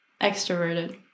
extroverted